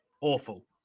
awful